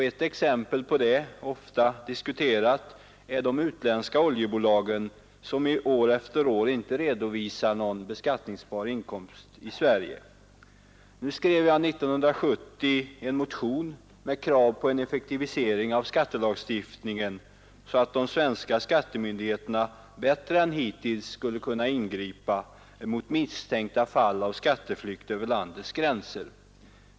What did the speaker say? Ett exempel på det — ofta diskuterat — är de utländska oljebolagen, som år efter år inte redovisar någon beskattningsbar inkomst i Sverige. År 1970 skrev jag en motion med krav på en effektivisering av skattelagstiftningen, så att de svenska skattemyndigheterna bättre än hittills skulle kunna ingripa mot misstänkta fall av skatteflykt över landets gränser.